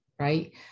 right